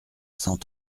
cent